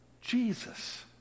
Jesus